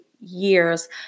years